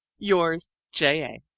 yours, j. a.